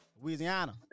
Louisiana